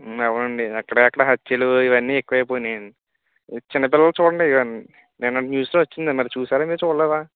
అవును అండి అక్కడ అక్కడా హత్యలు ఇవి అ న్నీ ఎక్కువ అయిపోయాయి అండి చిన్నపిల్లల్ని చూడండి నిన్నటి న్యూస్లో వచ్చింది మరి చూశారా మీరు చూడలేదా